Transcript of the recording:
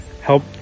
help